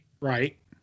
Right